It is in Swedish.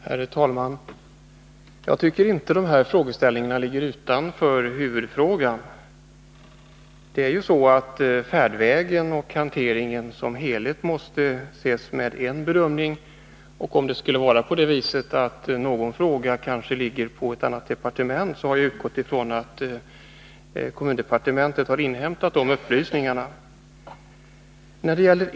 Herr talman! Jag tycker inte att mina frågeställningar ligger utanför huvudfrågan. Det är ju så att färdvägen och hanteringen som helhet måste bedömas gemensamt. Jag har utgått från att kommunikationsdepartementet har inhämtat erforderliga upplysningar i händelse av att någon fråga lyder under ett annat departement.